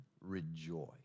rejoice